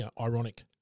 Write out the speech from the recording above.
ironic